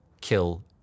kill